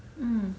mm